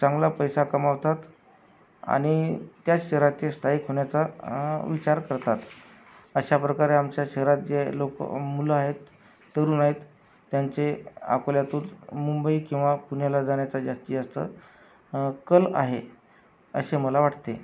चांगला पैसा कमावतात आणि त्याच शहरात ते स्थायिक होण्याचा विचार करतात अशा प्रकारे आमच्या शहरात जे लोक मुलं आहेत तरुण आहेत त्यांचे अकोल्यातून मुंबई किंवा पुण्याला जाण्याचा जास्तीत जास्त कल आहे असे मला वाटते